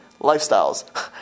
lifestyles